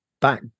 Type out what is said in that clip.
back